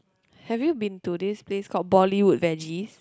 have you been to this this called Bollywood veggies